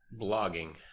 blogging